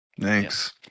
Thanks